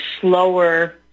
slower